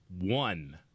one